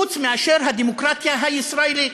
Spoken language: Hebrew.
חוץ מהדמוקרטיה הישראלית,